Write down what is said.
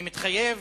אני מתחייב,